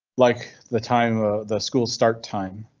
like the time the school start time,